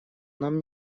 нам